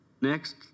Next